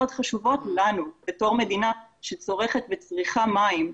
חשובות לנו בתור מדינה שצורכת וצריכה מים,